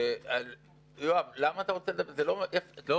יואב, כל